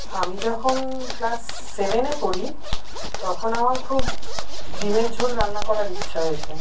আমি যখন ক্লাস সেভেনে পড়ি তখন আমার খুব ডিমের ঝোল রান্না করার ইচ্ছা হয়েছে